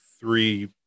three